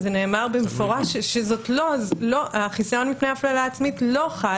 זה נאמר במפורש שהחיסיון מפני הפללה עצמית לא חל